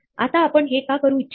आता आपण हे का करू इच्छिता